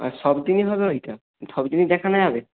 আর সব দিনে হবে ওইটা সব দিনে দেখানো যাবে